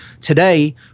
Today